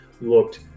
looked